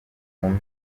inkumi